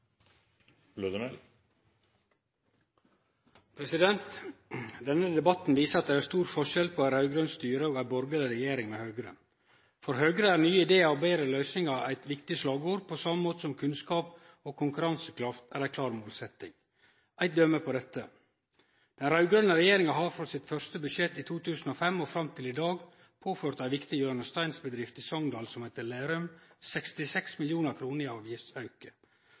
fellesskapet. Denne debatten viser at det er stor forskjell mellom raud-grønt styre og ei borgarleg regjering med Høgre. For Høgre er nye idear og betre løysingar eit viktig slagord, på same måte som kunnskap og konkurransekraft er ei klar målsetting. Eit døme på dette er at den raud-grøne regjeringa frå sitt første budsjett i 2005 og fram til i dag har påført ei viktig hjørnesteinsbedrift i Sogndal, Lerum, 66 mill. kr i avgiftsauke.